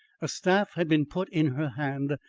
a staff had been put in her hand,